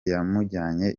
yamujyanye